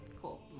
Cool